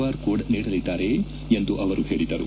R code ನೀಡಲಿದ್ದಾರೆ ಎಂದು ಅವರು ಹೇಳಿದರು